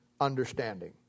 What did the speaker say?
understanding